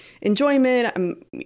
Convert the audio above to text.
enjoyment